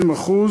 20%,